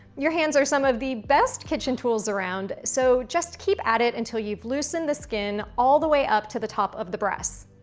your hands are some of the best kitchen tools around, so just keep at it until you've loosened the skin all the way up to the top of the breast.